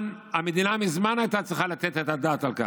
המדינה מזמן הייתה צריכה לתת את הדעת על כך.